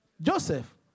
Joseph